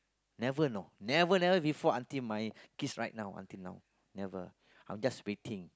never you know never never before until my kids right now until now never I was just waiting